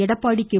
Edappadi K